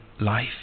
life